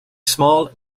small